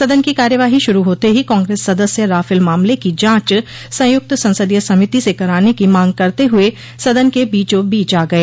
सदन की कार्यवाही शुरू होते ही कांग्रेस सदस्य राफल मामले की जांच संयुक्त संसदीय समिति से कराने की मांग करते हुए सदन के बीचों बीच आ गए